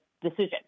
decision